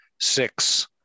six